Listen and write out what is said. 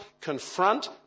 confront